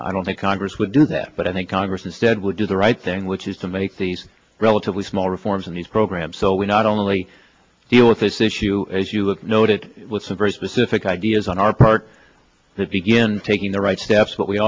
i don't think congress would do that but i think congress instead would do the right thing which is to make these relatively small reforms in these programs so we not only deal with this issue as you noted with some very specific ideas on our part that begin taking the right steps but we